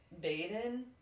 Baden